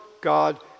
God